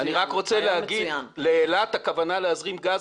אני רק רוצה לומר שלאילת הכוונה להזרים גז